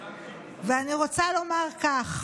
אני רוצה לומר כך: